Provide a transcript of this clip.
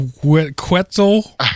Quetzal